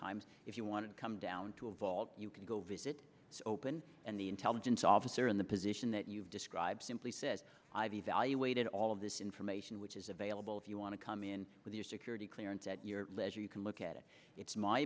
times if you want to come down to a vault you can go visit open and the intelligence officer in the position that you describe simply says i've evaluated all of this information which is available if you want to come in with your security clearance at your leisure you can look at it it's my